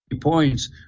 points